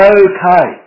okay